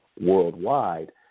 worldwide